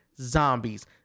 zombies